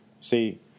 See